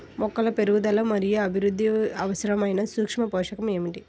మొక్కల పెరుగుదల మరియు అభివృద్ధికి అవసరమైన సూక్ష్మ పోషకం ఏమిటి?